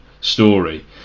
story